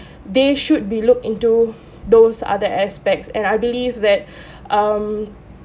they should be looked into those other aspects and I believe that um